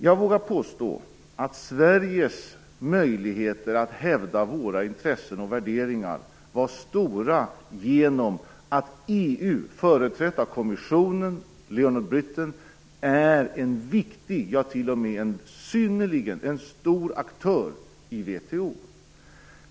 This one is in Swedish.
Jag vågar påstå att Sveriges möjligheter att hävda våra intressen och värderingar var stora genom att EU, företrätt av kommissionen och Leon Britten, är en viktig, ja, t.o.m. en synnerligen stor, aktör i VHO.